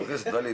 חבר הכנסת טאהא?